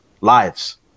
lives